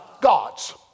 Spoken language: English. Gods